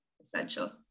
essential